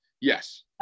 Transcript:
Yes